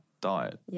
diet